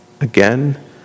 again